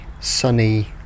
sunny